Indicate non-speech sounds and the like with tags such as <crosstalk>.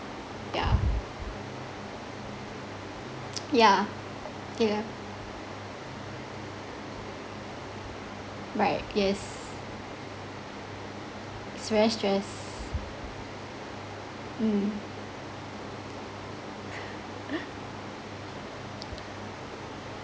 yeah <noise> yeah yeah right yes it's very stress mm <laughs>